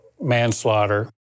manslaughter